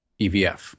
EVF